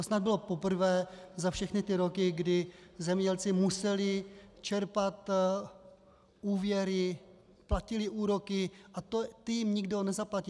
To snad bylo poprvé za všechny ty roky, kdy zemědělci museli čerpat úvěry, platili úroky, a ty jim nikdo nezaplatí.